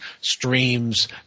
streams